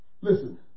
Listen